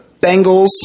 Bengals